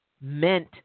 meant